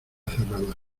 cerrada